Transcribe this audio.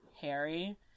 Harry